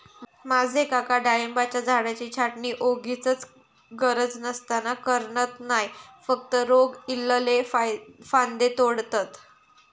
माझे काका डाळिंबाच्या झाडाची छाटणी वोगीचच गरज नसताना करणत नाय, फक्त रोग इल्लले फांदये तोडतत